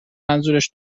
منظورش